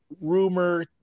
rumor